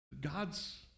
God's